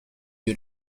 you